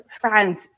friends